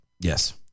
Yes